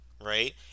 Right